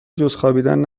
جزخوابیدن